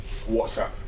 WhatsApp